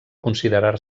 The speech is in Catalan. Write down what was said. considerar